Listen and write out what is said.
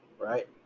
Right